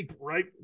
Right